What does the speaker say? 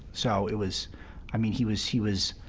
so it was i mean, he was he was